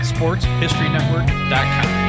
SportsHistoryNetwork.com